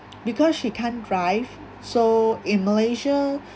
because she can't drive so in malaysia